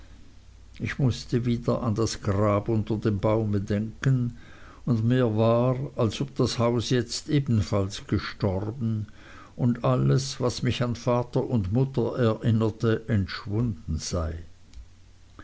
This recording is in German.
ich mußte wieder an das grab unter dem baume denken und mir war als ob das haus jetzt ebenfalls gestorben und alles was mich an vater und mutter erinnerte entschwunden sei